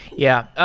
yeah.